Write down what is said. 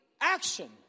action